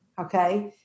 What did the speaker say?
Okay